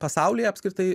pasaulyje apskritai